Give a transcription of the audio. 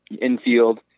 infield